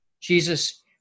Jesus